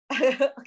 Okay